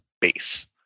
base